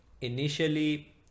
initially